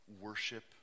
Worship